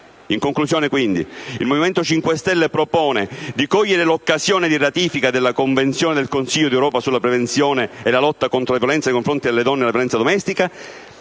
In conclusione, quindi, il Movimento 5 Stelle propone di cogliere l'occasione della ratifica della Convenzione del Consiglio d'Europa sulla prevenzione e la lotta contro la violenza nei confronti delle donne e la violenza domestica